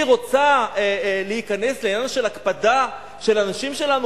היא רוצה להיכנס לעניין של הקפדה של הנשים שלנו